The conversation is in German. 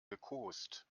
gekost